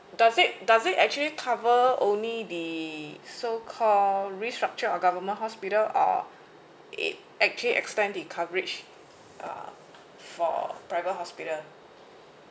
does it does it actually cover only the so call restructure or government hospital or it actually expand the coverage uh for private hospital